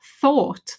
thought